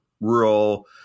rural